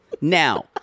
Now